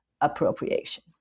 appropriation